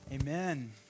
Amen